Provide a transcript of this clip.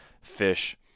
fish